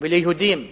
וליהודים במרוקו.